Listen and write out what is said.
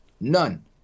None